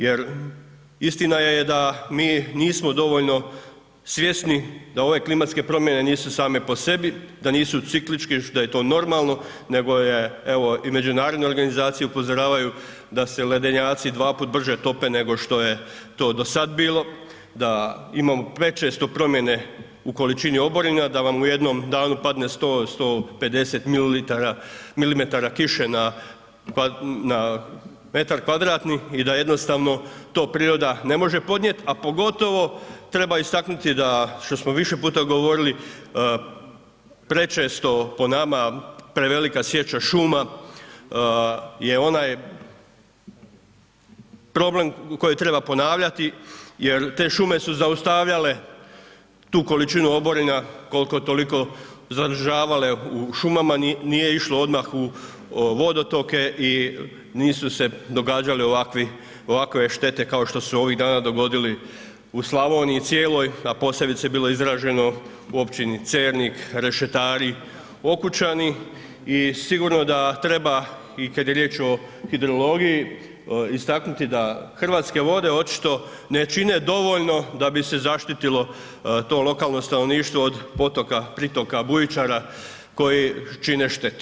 Jer istina je da mi nismo dovoljno svjesni da ove klimatske promjene nisu same po sebi, da nisu ciklitčki, da je to normalno nego je evo i međunarodne organizacije upozoravaju da se ledenjaci dva puta brže tope nego što je to dosad bilo, da imamo prečesto promjene u količini oborina, da vam u jednom danu padne 100, 150 milimetara kiše na m2 i da jednostavno to priroda ne može podnijeti a pogotovo treba istaknuti da što smo više puta govorili, prečesto po nama prevelika sječa šuma je onaj problem koji treba ponavljati jer te šume su zaustavljale tu količinu oborina koliko-toliko zadržavale u šumama, nije išlo odmah u vodotoke i nisu se događale ovakve štete kao što su se ovih dogodili u Slavoniji cijeloj a posebice je bilo izraženo u općini Cernik, Rešetari, Okučani i sigurno da treba i kad je riječ o hidrologiji istaknuti da Hrvatske vode očito ne čine dovoljno da bu se zaštitilo to lokalno stanovništvo od potoka, pritoka, bujičara koji čine štetu.